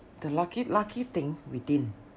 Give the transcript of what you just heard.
the lucky lucky thing we didn't